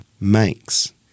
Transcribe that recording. makes